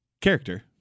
Character